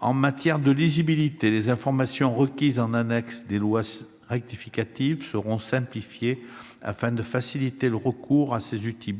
En matière de lisibilité, les informations requises en annexe des lois rectificatives seront simplifiées, afin de faciliter le recours à ces outils